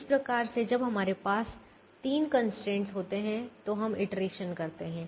इस प्रकार से जब हमारे पास 3 कंस्ट्रेंट होते हैं तो हम इटरेशन करते हैं